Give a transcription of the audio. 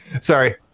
Sorry